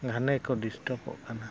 ᱜᱷᱟᱱᱮ ᱠᱚ ᱰᱤᱥᱴᱟᱨᱵ ᱚᱜ ᱠᱟᱱᱟ